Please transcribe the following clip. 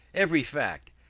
every fact,